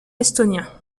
estonien